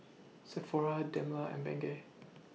Sephora Dilmah and Bengay